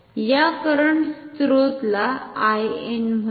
या करंट स्रोतला I n म्हणा